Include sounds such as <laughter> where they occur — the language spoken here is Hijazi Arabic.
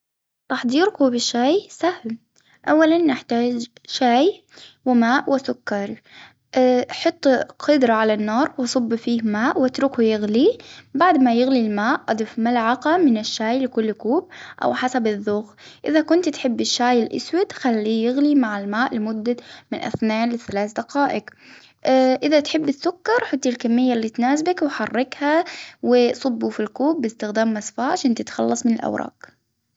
تحضير كوب شاي سهل، أولا نحتاج شاي وماء وسكر، <hesitation> حط قدرة على النار وصب فيه ماء وأتركه يغلي، بعد ما يغلي الماء أضف ملعقة من الشاي لكل كوب أو حسب الذوق، إذا كنت تحبي الشاي الأسود خليه يغلي مع الماء لمدة من إثنان لثلاث دقائق. <hesitation> إذا تحبي السكر حطي الكمية اللي تناسبك وحركها وصبه في الكوب بإستخدام مصفاة عشان تتخلص من الأوراق.